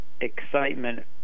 excitement